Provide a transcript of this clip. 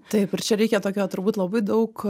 taip ir čia reikia tokio turbūt labai daug